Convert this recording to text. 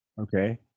Okay